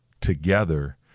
together